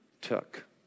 took